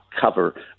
cover